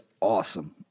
awesome